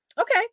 Okay